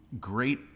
great